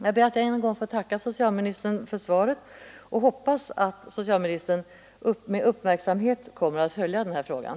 Jag ber än en gång att få tacka för svaret och hoppas att socialministern med uppmärksamhet kommer att följa den här frågan.